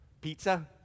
pizza